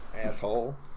asshole